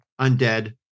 undead